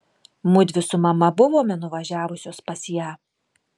mudvi su mama buvome nuvažiavusios pas ją